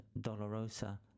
Dolorosa